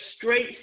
straight